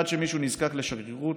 עד שמישהו נזקק לשגרירות,